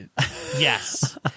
yes